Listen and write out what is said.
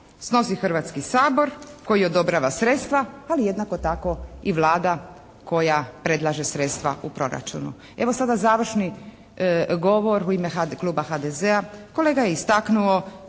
snosi Hrvatski sabor koji odobrava sredstva, ali jednako tako i Vlada koja predlaže sredstva u proračunu. Evo sada završni govor u ime kuba HDZ-a, kolega je istaknuo